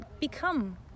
become